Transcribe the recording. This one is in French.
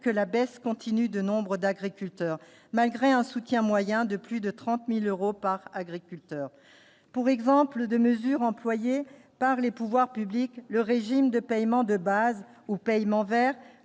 que la baisse continue de nombre d'agriculteurs, malgré un soutien, un moyen de plus de 30000 euros par agriculteur pour exemple de mesure employée par les pouvoirs publics, le régime de paiement de base aux paiement vers